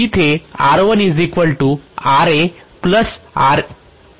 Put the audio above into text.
जे असणार आहे